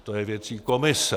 To je věcí komise.